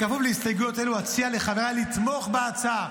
בכפוף להסתייגויות אלה, אציע לחבריי לתמוך בהצעה.